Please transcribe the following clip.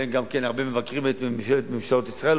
והם גם כן מבקרים הרבה את ממשלות ישראל,